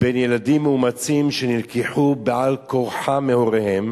בין ילדים מאומצים שנלקחו על-כורחם מהוריהם